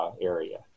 area